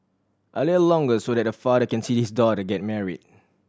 a little longer so that a father can see his daughter get married